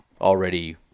already